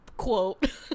quote